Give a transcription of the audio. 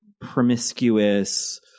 promiscuous